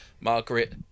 Margaret